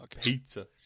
pizza